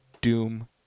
Doom